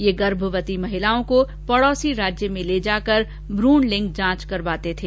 ये गर्भवती महिलाओं को पडौसी राज्य में ले जाकर भ्रूण लिंग जांच करवाते थे